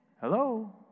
Hello